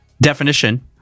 definition